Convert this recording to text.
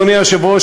אדוני היושב-ראש,